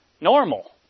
Normal